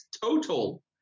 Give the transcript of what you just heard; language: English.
total